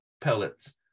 pellets